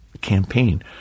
campaign